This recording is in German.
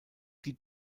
die